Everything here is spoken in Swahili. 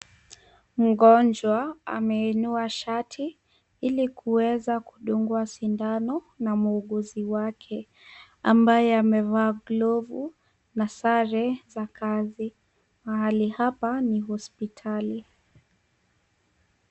Mgonjwa ameinua shati ili kuweza kudungwa sindano na muuguzi wake ambaye amevaa glovu na sare za kazi. Mahali hapa ni hospitali.